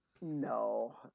No